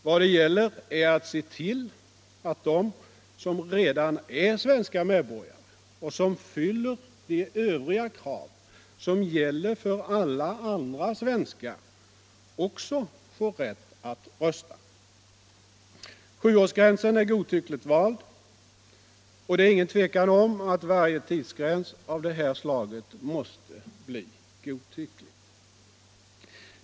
Vad det gäller är att se till, att de som redan är svenska medborgare och som fyller de övriga krav som gäller för alla andra svenskar också får rätt att rösta. Sjuårsgränsen är godtyckligt vald, och det är ingen tvekan om att varje tidsgräns av det här slaget måste bli godtycklig.